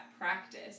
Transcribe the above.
practice